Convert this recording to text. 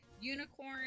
unicorn